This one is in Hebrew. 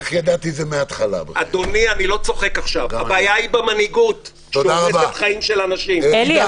למה אתה מכחיש את הקורונה, אלי?